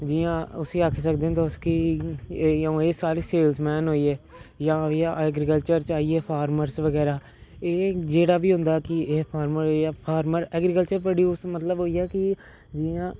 जियां उसी आक्खी सकदे तुस कि जियां हून साढ़ै सेल्समैन होई गे जां होई गेआ ऐग्रीकल्चर च आई गे फार्मर्स बगैर एह् जेह्ड़ा बी होंदा कि एह् फार्मर होई गेआ फार्मर ऐग्रीकल्चर प्रोड्यूस मतलब होई गेआ जियां कि